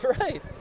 right